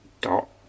dot